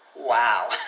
Wow